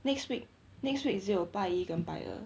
next week next week 只有拜一跟拜二